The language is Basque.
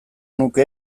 nuke